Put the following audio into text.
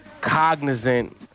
cognizant